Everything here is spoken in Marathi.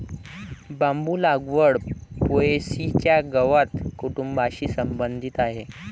बांबू लागवड पो.ए.सी च्या गवत कुटुंबाशी संबंधित आहे